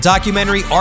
documentary